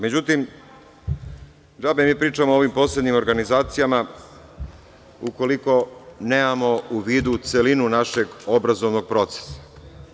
Međutim, džabe pričamo o ovim posebnim organizacijama, ukoliko nemamo u vidu celinu našeg obrazovnog procesa.